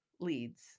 leads